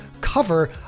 cover